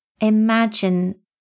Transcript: imagine